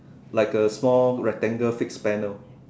like a small rectangle fixed panel